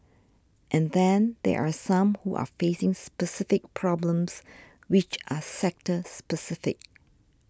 and then there are some who are facing specific problems which are sector specific